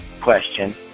question